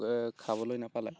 খাবলৈ নাপালে